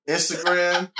Instagram